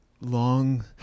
long